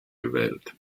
gewählt